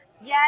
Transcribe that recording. Yes